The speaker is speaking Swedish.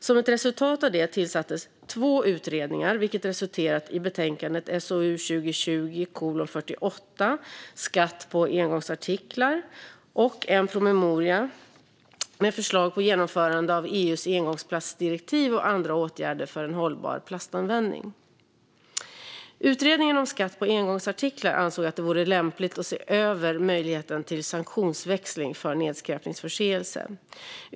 Som ett resultat av det tillsattes två utredningar, vilket resulterat i betänkandet Skatt på engångsartiklar och en promemoria med förslag på genomförande av EU:s engångsplastdirektiv och andra åtgärder för en hållbar plastanvändning. Utredningen om skatt på engångsartiklar ansåg att det vore lämpligt att se över möjligheten till sanktionsväxling för nedskräpningsförseelse.